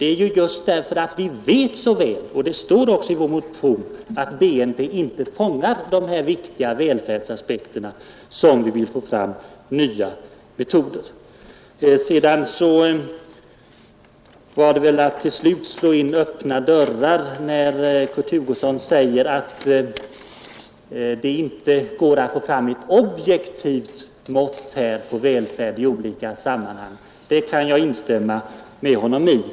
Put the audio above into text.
Det är just därför att vi vet så väl — det står också i vår partimotion — att bruttonationalprodukten inte fångar dessa viktiga välfärdsaspekter som vi vill få fram nya metoder. Det var väl till slut att slå in öppna dörrar när herr Hugosson sade att det inte går att få fram ett objektivt mått på välfärd i olika sammanhang. Det kan jag instämma med honom i.